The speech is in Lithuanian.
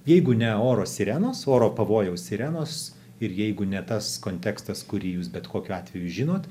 jeigu ne oro sirenos oro pavojaus sirenos ir jeigu ne tas kontekstas kurį jūs bet kokiu atveju žinot